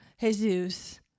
Jesus